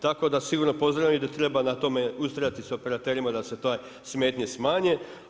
Tako da sigurno pozdravljam i da treba na tome ustrajati s operaterima da se te smetnje smanje.